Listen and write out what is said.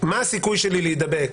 מה הסיכוי שלי להידבק?